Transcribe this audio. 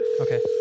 Okay